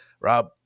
Rob